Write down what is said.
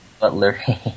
Butler